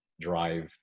drive